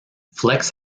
flex